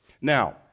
now